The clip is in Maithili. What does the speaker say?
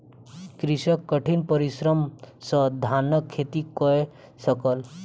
कृषक कठिन परिश्रम सॅ धानक खेती कय सकल